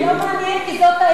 זה לא מעניין כי זאת האמת,